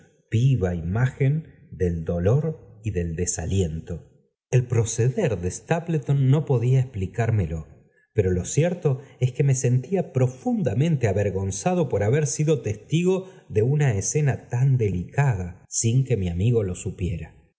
vivo imagen del dolor y del desaliento p el proceder de stapleton no podía explicármeloj poro lo cierto es que me sentía profundamente avergonzado por haber sido testigo de una escena tan delicada sin que mi amigo lo supiera